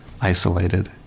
isolated